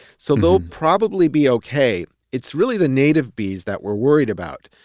so they'll probably be okay. it's really the native bees that we're worried about.